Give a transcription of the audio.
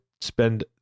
spend